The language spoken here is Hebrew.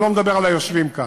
אני לא מדבר על היושבים כאן,